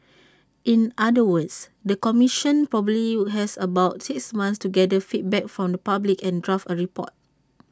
in other words the commission probably has about six months to gather feedback from the public and draft A report